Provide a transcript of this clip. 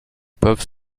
peuvent